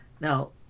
Now